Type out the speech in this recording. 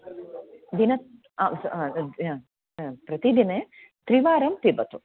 दिनं प्रतिदिनं त्रिवारं पिबतु